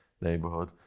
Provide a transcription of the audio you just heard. neighborhood